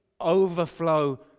Overflow